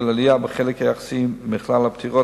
עלייה בחלק היחסי של הסרטן בכלל הפטירות,